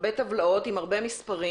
הרבה טבלאות עם הרבה מספרים,